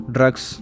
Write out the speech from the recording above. Drugs